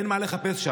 אין לו מה לחפש שם.